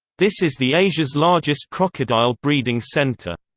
this is the asia's largest crocodile breeding center.